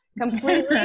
completely